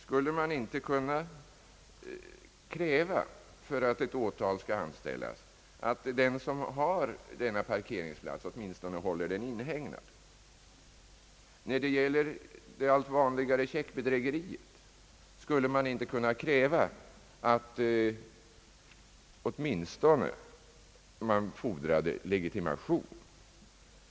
Skulle man inte kunna kräva, för att ett åtal skall anställas, att den som har denna parkeringsplats åtminstone håller den inhägnad? När det gäller det allt vanligare checkbedrägeriet — skulle man inte kunna kräva åtminstone att man fordrade legitimation?